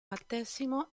battesimo